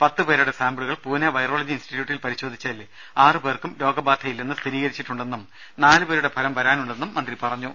പത്തു പേരുടെ സാമ്പിളുകൾ പൂനെ വൈറോ ളജി ഇൻസ്റ്റിറ്റ്യൂട്ടിൽ പരിശോധിച്ചതിൽ ആറു പേർക്കും രോഗബാധയില്ലെന്ന് സ്ഥിരീകരിച്ചിട്ടുണ്ടെന്നും നാലു പേരുടെ ഫലം വരാനുണ്ടെന്നും മന്ത്രി പറ ഞ്ഞു